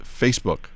Facebook